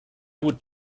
would